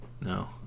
no